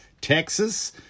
Texas